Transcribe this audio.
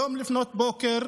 היום לפנות בוקר